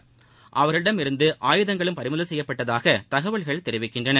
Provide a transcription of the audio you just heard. இவர்களிடமிருந்து ஆயுதங்களும் பறிமுதல் செய்யப்பட்டுள்ளதாக தகவல்கள் தெரிவிக்கின்றன